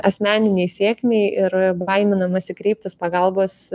asmeninei sėkmei ir baiminamasi kreiptis pagalbos